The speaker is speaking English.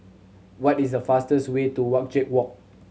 what is the fastest way to Wajek Walk